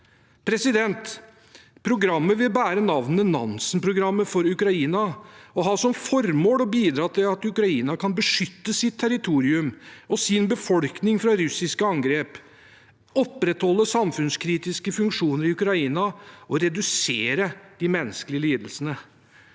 årene. Programmet vil bære navnet Nansen-programmet for Ukraina og ha som formål å bidra til at Ukraina kan beskytte sitt territorium og sin befolkning fra russiske angrep, opprettholde samfunnskritiske funksjoner i Ukraina og redusere de menneskelige lidelsene.